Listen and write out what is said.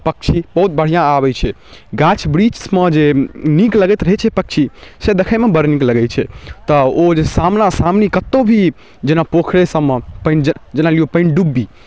पक्षी बहुत बढ़िआँ आबै छै गाछ बिरिछमे जे नीक लगैत रहै छै पक्षी से देखैमे बड़ नीक लगै छै तऽ ओ जे सामना सामनी कतहु भी जेना पोखरिसबमे पानि जे जेना लिऔ पनिडुब्बी